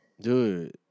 Dude